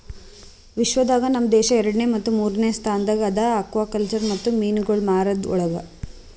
ವಿಶ್ವ ದಾಗ್ ನಮ್ ದೇಶ ಎರಡನೇ ಮತ್ತ ಮೂರನೇ ಸ್ಥಾನದಾಗ್ ಅದಾ ಆಕ್ವಾಕಲ್ಚರ್ ಮತ್ತ ಮೀನುಗೊಳ್ ಮಾರದ್ ಒಳಗ್